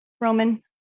Roman